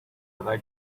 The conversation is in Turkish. kadar